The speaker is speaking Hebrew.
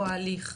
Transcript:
או ההליך.